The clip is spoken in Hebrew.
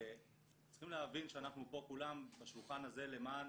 צריכים להבין שאנחנו פה כולם בשולחן הזה למען